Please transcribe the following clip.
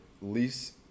lease